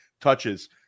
touches